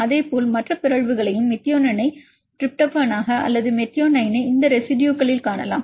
அதேபோல் மற்ற பிறழ்வுகளையும் மெத்தியோனைனை டிரிப்டோபானாக அல்லது மெத்தியோனைனை இந்த ரெசிடுயுகளில் காணலாம்